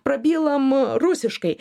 prabylam rusiškai